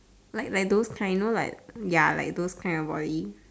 like like those kind like ya like those kind of body